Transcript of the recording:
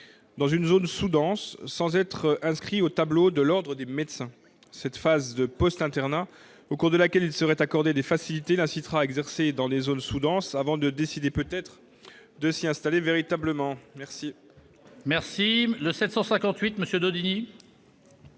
dans une zone sous-dense, sans être inscrit au tableau de l'Ordre des médecins. Cette phase de post-internat, au cours de laquelle lui seraient accordées des facilités, l'incitera à exercer dans les zones sous-denses, avant de décider, peut-être, de s'y installer véritablement. L'amendement n° 758, présenté